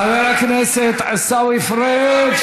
חבר הכנסת עיסאווי פריג'.